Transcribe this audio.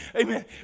Amen